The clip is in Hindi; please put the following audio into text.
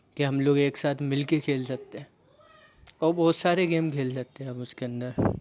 के हम लोग एक साथ मिलकर खेल सकते हैं और बहुत सारे गेम खेल सकते हैं हम उसके अंदर